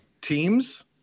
teams